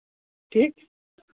ठीक